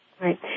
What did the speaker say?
Right